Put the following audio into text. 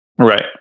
Right